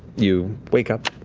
you wake up,